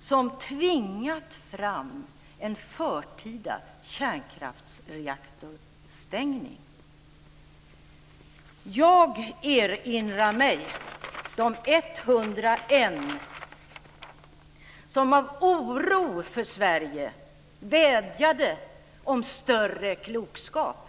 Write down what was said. som tvingat fram en förtida kärnkraftsreaktorstängning. Jag erinrar mig de 101, som av oro för Sverige vädjade om större klokskap.